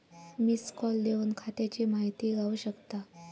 missed call देवन खात्याची माहिती गावू शकता